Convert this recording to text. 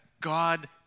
God